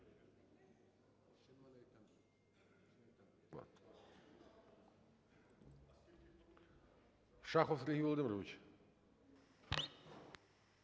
Шахов Сергій Володимирович.